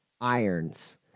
irons